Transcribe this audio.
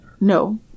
no